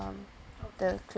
um the